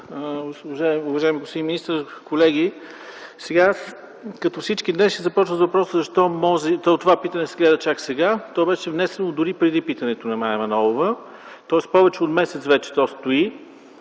уважаеми господин министър, колеги! Като всички днес ще започна с въпроса: защо това питане се гледа чак сега? То беше внесено дори преди питането на Мая Манолова, тоест повече от месец вече то стои.